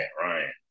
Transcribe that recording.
Ryan